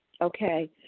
Okay